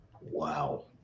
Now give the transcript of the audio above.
Wow